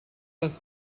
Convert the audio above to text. das